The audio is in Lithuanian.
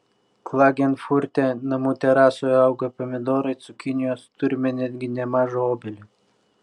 klagenfurte namų terasoje auga pomidorai cukinijos turime netgi nemažą obelį